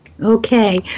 Okay